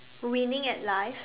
winning at life